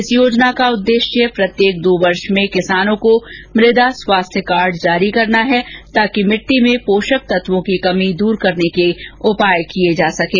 इस योजना का उद्देश्य प्रत्येक दो वर्ष में किसानों को मृदा स्वास्थ्य कार्ड जारी करना है ताकि भिट्टी में पोषक तत्वों की कमी दूर करने के उपाय किये जा सकें